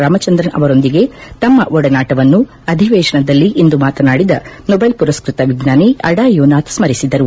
ರಾಮಚಂದ್ರನ್ ಅವರೊಂದಿಗೆ ತಮ್ನ ಒಡನಾಟವನ್ನು ಅಧಿವೇಶನದಲ್ಲಿ ಇಂದು ಮಾತನಾಡಿದ ನೊಬೆಲ್ ಪುರಸ್ನತ ವಿಜ್ವಾನಿ ಅಡಾ ಯೋನಾಥ್ ಸ್ಪರಿಸಿದರು